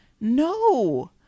No